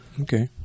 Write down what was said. Okay